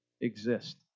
exist